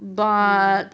hmm